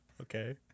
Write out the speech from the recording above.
Okay